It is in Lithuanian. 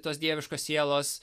tos dieviškos sielos